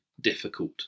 difficult